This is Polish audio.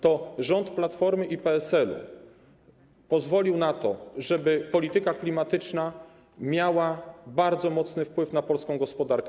To rząd Platformy i PSL-u pozwolił na to, żeby polityka klimatyczna miała bardzo mocny wpływ na polską gospodarkę.